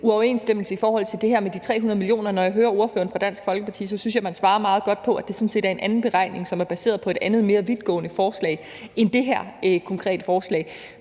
uoverensstemmelse i forhold til det her med de 300 mio. kr. Når jeg hører ordføreren for Dansk Folkeparti, vil jeg sige, at jeg synes, man svarer meget godt på, at det sådan set er en anden beregning, som er baseret på et andet mere vidtgående forslag end det her konkrete forslag.